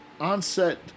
Onset